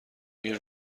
این